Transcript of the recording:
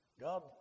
God